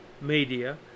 media